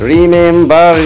Remember